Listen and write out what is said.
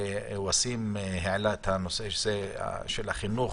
ואסים העלה את נושא החינוך.